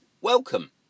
welcome